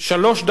שלוש דקות.